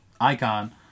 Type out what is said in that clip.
icon